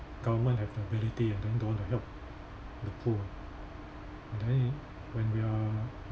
government have the ability and then don't want to help the poor and then when we're